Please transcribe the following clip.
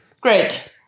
Great